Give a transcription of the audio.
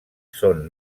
són